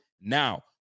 now